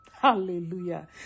Hallelujah